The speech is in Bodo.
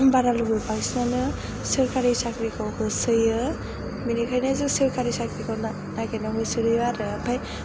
बारा लुगैया बांसिनानो सोरखारि साख्रिखौ होसोयो बेनिखायनो जों सोरखारि साख्रिखौ नागिरो होसोयो आरो ओमफ्राय